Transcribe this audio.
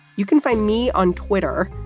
you can find me on twitter.